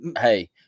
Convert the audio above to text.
Hey